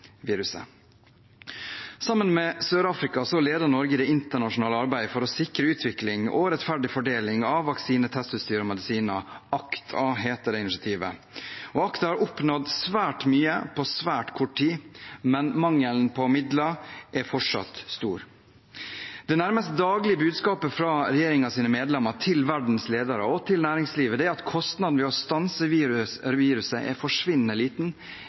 Sammen med Sør-Afrika leder Norge det internasjonale arbeidet for å sikre utvikling og rettferdig fordeling av vaksiner, testutstyr og medisiner. ACT-A heter det initiativet. ACT-A har oppnådd svært mye på svært kort tid, men mangelen på midler er fortsatt stor. Det nærmest daglige budskapet fra regjeringens medlemmer til verdens ledere og til næringslivet er at kostnaden ved å stanse viruset er forsvinnende liten